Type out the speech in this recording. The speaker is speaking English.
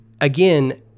again